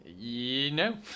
No